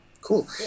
Cool